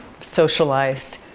socialized